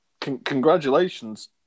Congratulations